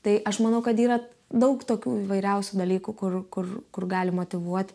tai aš manau kad yra daug tokių įvairiausių dalykų kur kur kur gali motyvuoti